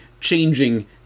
changing